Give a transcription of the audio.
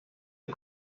der